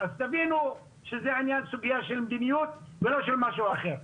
אז תבינו שזה עניין סוגיה של מדיניות ולא של משהו אחר.